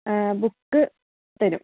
book തരും